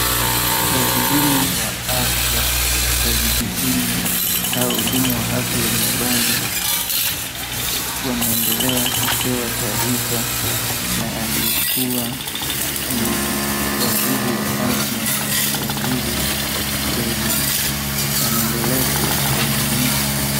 Wahudumu wa afya wa vijijini au wahudumu wa afya wa nyumbani wanaendela kupewa taarifa na aliyekuwa waziri wa afya waziri Doline. Anaendelea kuwahimiza.